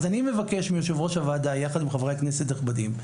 אני מבקש מיושב-ראש הוועדה יחד עם חברי הכנסת הנכבדים,